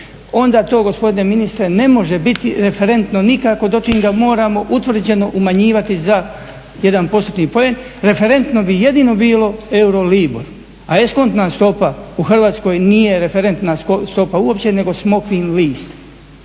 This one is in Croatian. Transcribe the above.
Onda to gospodine ministre ne može biti referentno nikako dočim ga moramo utvrđeno umanjivati za 1 postotni poen. Referentno bi jedino bilo eurolibor, a eskontna stopa u Hrvatskoj nije referentna stopa uopće nego smokvin list.